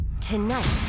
Tonight